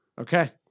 Okay